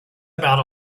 about